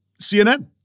CNN